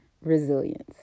resilience